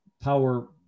power